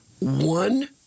one